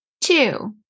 Two